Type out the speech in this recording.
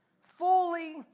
Fully